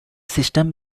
system